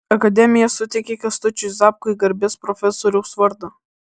akademija suteikė kęstučiui zapkui garbės profesoriaus vardą